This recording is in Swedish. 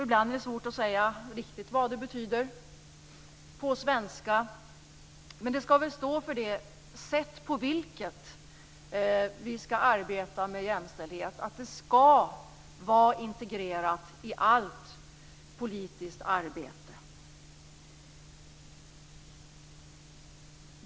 Ibland är det svårt att säga vad det riktigt betyder på svenska, men det skall väl stå för det sätt på vilket vi skall arbeta för jämställdhet, att det skall vara integrerat i allt politiskt arbete.